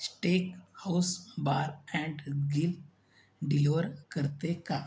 stake house bar and grill deliver करते का